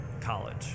college